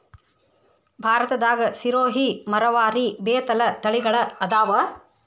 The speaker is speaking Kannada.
ಭಾರತದಾಗ ಸಿರೋಹಿ, ಮರವಾರಿ, ಬೇತಲ ತಳಿಗಳ ಅದಾವ